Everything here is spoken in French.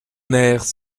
nerfs